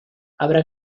habrá